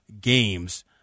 games